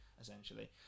essentially